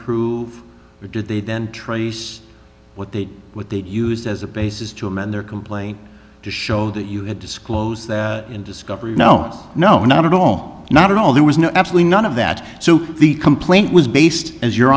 prove or did they then trace what they what they used as a basis to amend their complaint to show that you had disclosed in discovery no no not at all not at all there was no absolutely none of that so the complaint was based as your